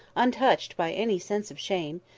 untouched by any sense of shame,